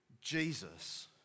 Jesus